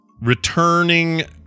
returning